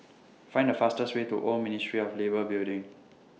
Find The fastest Way to Old Ministry of Labour Building